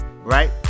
Right